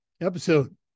episode